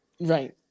Right